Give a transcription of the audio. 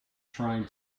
trying